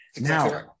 Now